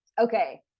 okay